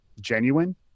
genuine